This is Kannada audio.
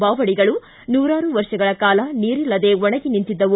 ಬಾವಡಿಗಳು ನೂರಾರು ವರ್ಷಗಳ ಕಾಲ ನೀರಿಲ್ಲದೇ ಒಣಗಿ ನಿಂತಿದ್ದವು